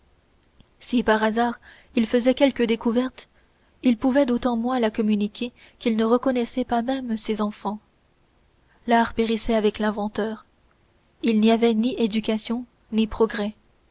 si par hasard il faisait quelque découverte il pouvait d'autant moins la communiquer qu'il ne reconnaissait pas même ses enfants l'art périssait avec l'inventeur il n'y avait ni éducation ni progrès